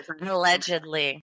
Allegedly